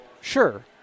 sure